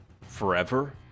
forever